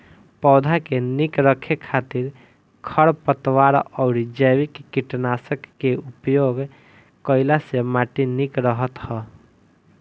पौधा के निक रखे खातिर खरपतवार अउरी जैविक कीटनाशक के उपयोग कईला से माटी निक रहत ह